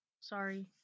sorry